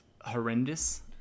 horrendous